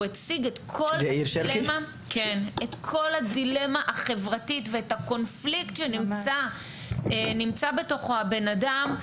הוא הציג את כל הדילמה החברתית ואת הקונפליקט שנמצא בתוכו הבן אדם,